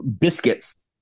biscuits